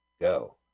go